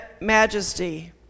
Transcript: majesty